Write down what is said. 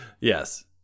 Yes